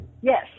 Yes